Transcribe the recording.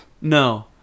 No